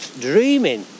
dreaming